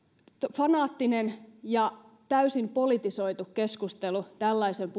fanaattinen ja täysin politisoitu keskustelu tällaisen